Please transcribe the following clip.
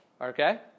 Okay